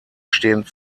stehen